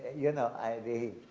you know, i the,